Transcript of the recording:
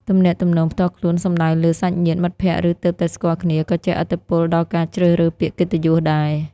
ទំនាក់ទំនងផ្ទាល់ខ្លួនសំដៅលើ សាច់ញាតិ មិត្តភក្តិ ឬទើបតែស្គាល់គ្នា ក៏ជះឥទ្ធិពលដល់ការជ្រើសរើសពាក្យកិត្តិយសដែរ។